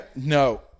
no